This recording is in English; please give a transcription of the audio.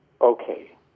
okay